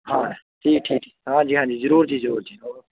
ਹਾਂ ਠੀਕ ਠੀਕ ਹਾਂਜੀ ਹਾਂਜੀ ਜ਼ਰੂਰ ਜੀ ਜ਼ਰੂਰ ਜੀ ਓਕੇ